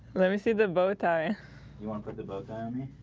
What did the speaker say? let me see the bowtie you want with the bowtie army